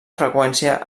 freqüència